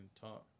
talk